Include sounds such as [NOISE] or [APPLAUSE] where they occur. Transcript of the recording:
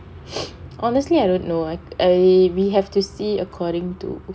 [BREATH] honestly I don't know I I we have to see according to